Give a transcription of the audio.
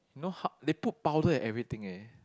know how they put powder at everything eh